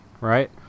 Right